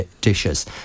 dishes